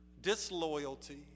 disloyalty